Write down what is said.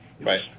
Right